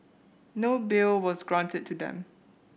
no bail was granted to them